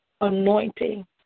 anointing